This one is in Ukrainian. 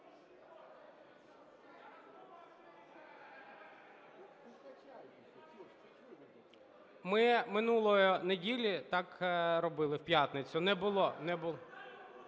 Ми минулої неділі так робили в п'ятницю. Не було,